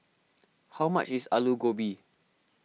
how much is Alu Gobi